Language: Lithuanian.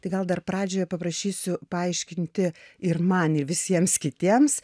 tai gal dar pradžioje paprašysiu paaiškinti ir man ir visiems kitiems